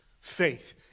faith